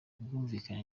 ubwumvikane